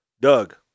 Doug